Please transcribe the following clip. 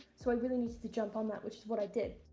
so i really needed to jump on that, which is what i did.